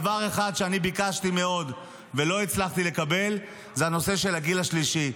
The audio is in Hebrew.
דבר אחד שאני ביקשתי מאוד ולא הצלחתי לקבל הוא הנושא של הגיל השלישי.